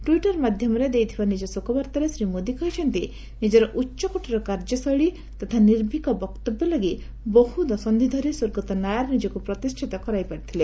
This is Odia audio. ଟ୍ୱିଟର ମାଧ୍ୟମରେ ଦେଇଥିବା ନିଜ ଶୋକବାର୍ତ୍ତାରେ ଶ୍ରୀ ମୋଦି କହିଛନ୍ତି ନିଜର ଉଚ୍ଚକୋଟିର କାର୍ଯ୍ୟଶୈଳୀ ତଥା ନିର୍ଭୀକ ବକ୍ତବ୍ୟ ଲାଗି ଦଶନ୍ଧି ଧରି ସ୍ୱର୍ଗତ ନାୟାର ନିଜକୁ ପ୍ରତିଷ୍ଠିତ କରାଇପାରିଥିଲେ